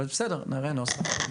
אבל בסדר, נראה נוסח.